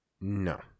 No